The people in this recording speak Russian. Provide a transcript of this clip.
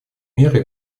меры